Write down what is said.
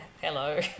hello